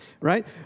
right